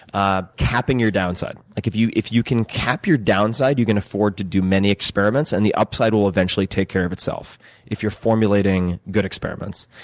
ah capping your downside, like if you if you can cap your downside, you can afford to do many experiments, and the upside will eventually take care of itself if you're formulating good experiments.